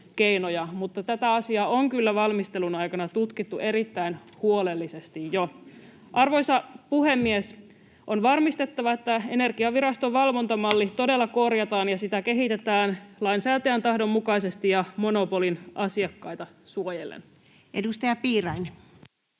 mutta tätä asiaa on kyllä jo valmistelun aikana tutkittu erittäin huolellisesti. Arvoisa puhemies! On varmistettava, että Energiaviraston valvontamalli todella korjataan ja sitä kehitetään lainsäätäjän tahdon mukaisesti ja monopolin asiakkaita suojellen. Edustaja Piirainen.